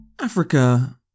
Africa